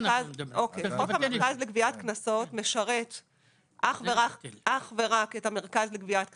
חוק המרכז לגביית קנסות משרת אך ורק את המרכז לגביית קנסות.